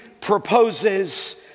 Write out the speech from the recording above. proposes